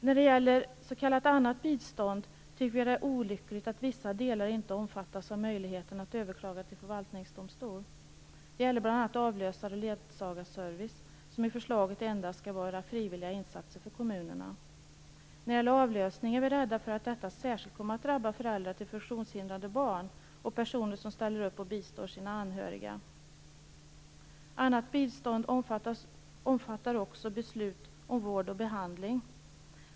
När det gäller s.k. annat bistånd tycker vi att det är olyckligt att vissa delar inte omfattas av möjligheten att överklaga till förvaltningsdomstol. Det gäller bl.a. avlösar och ledsagarservice som enligt förslaget endast skall vara frivilliga insatser för kommunerna. När det gäller avlösning är vi rädda för att detta särskilt kommer att drabba föräldrar till funktionshindrade barn och personer som ställer upp och bistår sina anhöriga. Annat bistånd omfattar också beslut om vård och behandling.